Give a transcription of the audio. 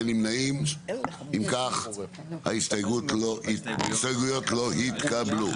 הצבעה ההסתייגויות נדחו ההסתייגויות לא התקבלו.